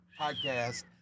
podcast